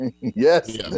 Yes